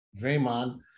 Draymond